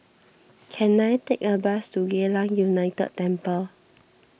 can I take a bus to Geylang United Temple